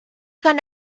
gone